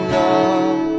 love